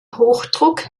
hochdruck